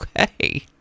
Okay